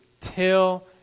till